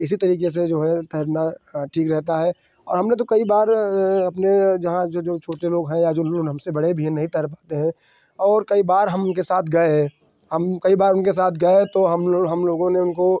इसी तरीके से जो है तैरना ठीक रहता है और हमने तो कई बार अपने जहाँ जो जो छोटे लोग हैं या जो लोन हमसे बड़े भी हैं नहीं तैर पाते हैं और कई बार हम उनके साथ गए हम कई बार उनके साथ गए तो हम हम लोगों ने उनको